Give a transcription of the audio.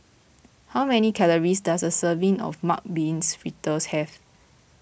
how many calories does a serving of Mung Beans Fritters have